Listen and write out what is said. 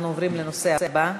הנושא הבא: